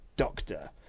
Doctor